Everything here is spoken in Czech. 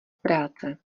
práce